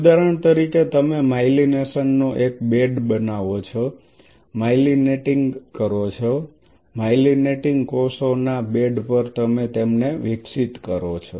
ઉદાહરણ તરીકે તમે માયલિનેશન નો એક બેડ બનાવો છો માયિલિનેટિંગ કરો છો માયલિનેટિંગ કોષોના બેડ પર તમે તેમને વિકસિત કરો છો